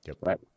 Right